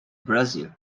brazil